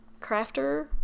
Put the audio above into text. crafter